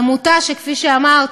עמותה שכפי שאמרת,